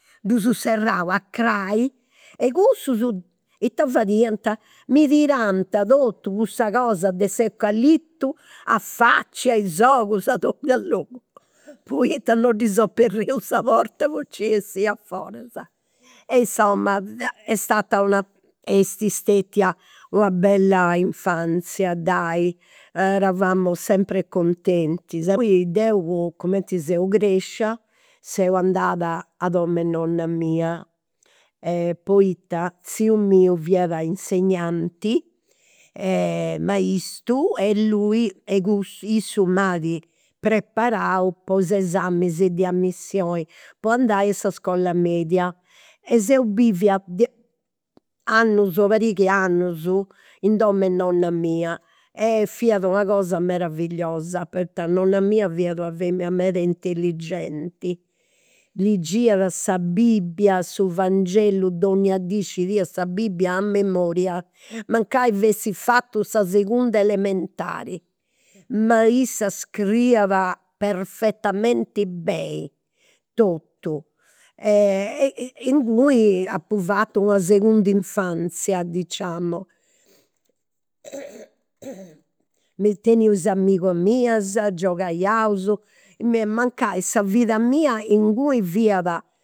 Ddus serrau a crai e cussus ita fadiant? Mi tirant totus cussa cosa de s'eucalitu a faci a ia sogus, a donnia logu. Poita non ddis aberiu sa porta po nci essiri a foras. E insoma è stata est stetia una bella infanzia, dai, eravamo sempre contenti. Poi deu cumenti seu crescia seu andada a domu 'e nonna mia, poita tziu miu fiat insegnanti, maistu, e lui e cus e issu m'at preparau po s'esamis de amissioni po andai in s'iscola media. E seu bivia annus, una 'e annus in dom'e nonna mia. E fiat una cosa meravilliosa, poita nonna mia fiat una femina meda intelligenti, ligiat sa bibbia, su vangelu donnia dì. Scidiat sa bibbia a memoria, mancai essi fatu sa segunda elementari. Ma issa scriiat perfettamenti beni, totu e e inguni apu fatu una segunda infanzia, diciamo. Teniu is amigas mias, giogaiaus. Mancai sa vida mia inguni fiat